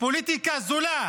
בפוליטיקה זולה